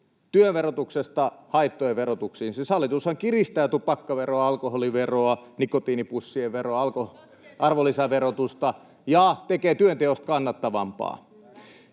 työn verotuksesta haittojen verotuksiin. Siis hallitushan kiristää tupakkaveroa, alkoholiveroa, nikotiinipussien veroa, arvonlisäverotusta ja tekee työnteosta kannattavampaa.